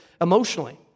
emotionally